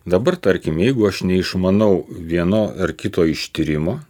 dabar tarkim jeigu aš neišmanau vieno ar kito ištyrimo